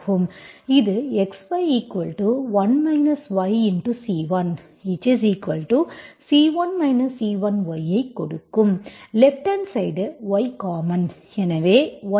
இது xy1 yC1C1 C1y ஐ கொடுக்கும் left hand side y common எனவே yC1xC1 ஆகும்